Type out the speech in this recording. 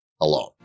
alone